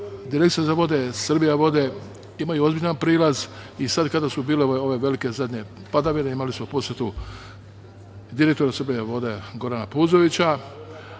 Direkcija za vode, „Srbijavode“ imaju ozbiljan prilaz. Sad kada su bile ove zadnje velike padavine imali smo posetu direktora „Srbijavode“, Gorana Puzovića. Ima